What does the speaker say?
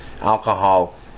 Alcohol